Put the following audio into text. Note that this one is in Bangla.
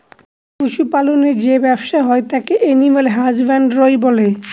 পশু পালনের যে ব্যবসা হয় তাকে এলিম্যাল হাসব্যানডরই বলে